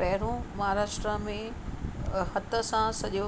पहिरियों महाराष्ट्रा में हथ सां सॼो